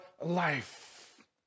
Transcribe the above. life